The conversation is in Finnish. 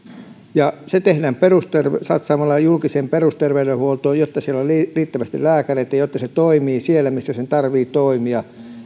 kunnossa se tehdään satsaamalla julkiseen perusterveydenhuoltoon jotta siellä on riittävästi lääkäreitä jotta se toimii siellä missä sen tarvitsee toimia